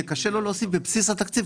כי קשה לו להוסיף בבסיס התקציב.